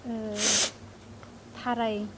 थाराय